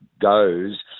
goes